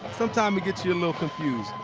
sometimes it gets you know confused.